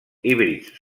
híbrids